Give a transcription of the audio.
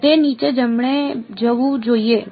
તે નીચે જમણે જવું જોઈએ